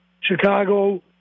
Chicago